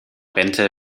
bente